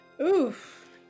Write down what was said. Oof